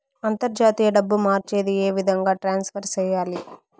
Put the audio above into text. అంతర్జాతీయ డబ్బు మార్చేది? ఏ విధంగా ట్రాన్స్ఫర్ సేయాలి?